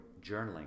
journaling